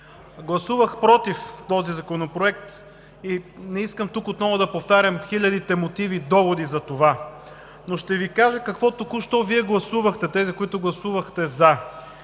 гласувах „против“ този законопроект. Не искам тук отново да повтарям хилядите мотиви и доводи за това. Ще Ви кажа какво току-що Вие гласувахте – тези, които гласувахте „за“,